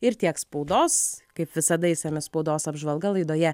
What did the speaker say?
ir tiek spaudos kaip visada išsami spaudos apžvalga laidoje